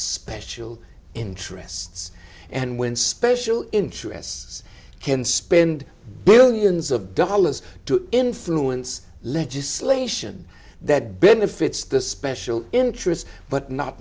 special interests and when special interests can spend billions of dollars to influence legislation that benefits the special interests but not